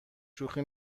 شوخی